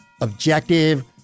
objective